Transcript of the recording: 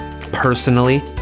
personally